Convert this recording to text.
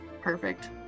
perfect